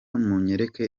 munyereke